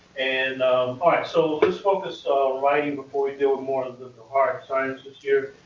and all right, so let's focus on writing before we deal with more of the the hard sciences here.